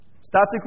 static